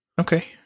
Okay